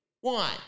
one